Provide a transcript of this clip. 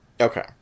okay